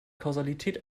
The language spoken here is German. kausalität